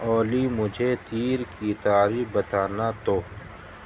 اولی مجھے تیر کی تعریف بتانا تو